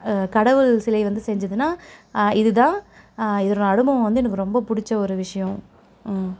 கடவுள் சிலை வந்து செஞ்சதுன்னால் இதுதான் இதனோடய அனுபவம் வந்து எனக்கு ரொம்ப பிடிச்ச ஒரு விஷயம்